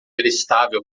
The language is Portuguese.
estável